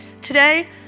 Today